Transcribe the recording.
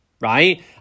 right